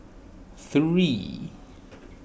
three